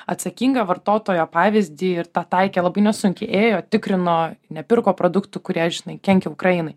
atsakingą vartotojo pavyzdį ir tą taikė labai nesunkiai ėjo tikrino nepirko produktų kurie žinai kenkia ukrainai